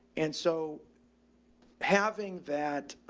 and so having that,